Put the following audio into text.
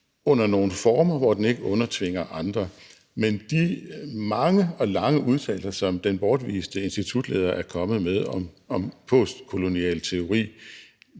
under nogle former, hvor den ikke undertvinger andre. Men de mange og lange udtalelser, som den bortviste institutleder er kommet med om postkolonial teori,